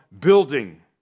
building